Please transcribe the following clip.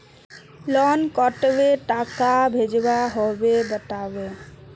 Loan कतला टाका भेजुआ होबे बताउ?